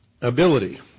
ability